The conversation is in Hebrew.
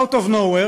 out of nowhere,